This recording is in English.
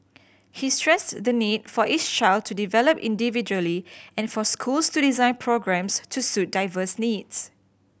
he stressed the need for each child to develop individually and for schools to design programmes to suit diverse needs